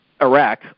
Iraq